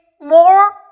more